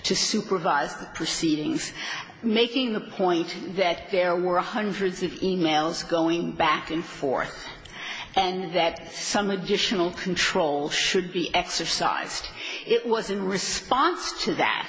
to supervise the proceedings making the point that there were hundreds of e mails going back and forth and that some additional control should be exercised it was in response to that